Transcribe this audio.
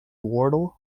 wardle